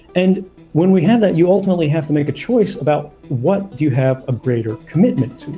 and when we have that you ultimately have to make a choice about what do you have a greater commitment to,